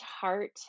heart